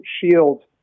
shield